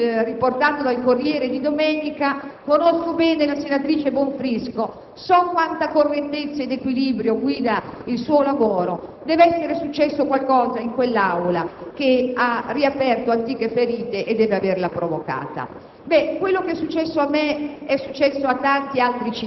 il procuratore Guido Papalia, secondo quanto riportato dal «Corriere della Sera» di domenica, ha detto: conosco bene la senatrice Bonfrisco, so quanta correttezza ed equilibrio guidano il suo lavoro; deve essere successo qualcosa in quell'Aula che ha riaperto antiche ferite e deve averla provocata.